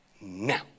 Now